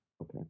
Okay